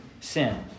sin